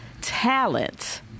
talent